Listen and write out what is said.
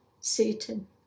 Satan